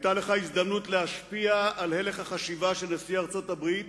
היתה לך הזדמנות להשפיע על הלך החשיבה של נשיא ארצות-הברית